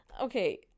okay